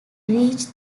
reach